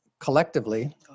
collectively